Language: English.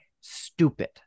stupid